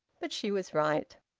but she was right.